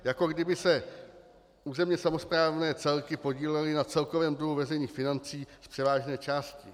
Jako kdyby se územně samosprávné celky podílely na celkovém dluhu veřejných financí z převážné části.